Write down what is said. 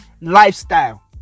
lifestyle